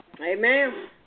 Amen